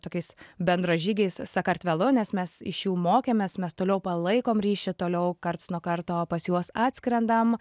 tokiais bendražygiais sakartvelu nes mes iš jų mokėmės mes toliau palaikom ryšį toliau karts nuo karto pas juos atskrendam